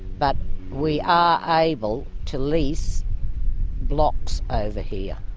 but we are able to lease blocks over here,